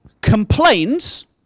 complains